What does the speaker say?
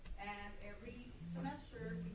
and every semester